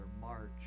March